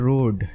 Road